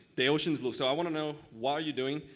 the oceans blue, so i want to know what are you doing?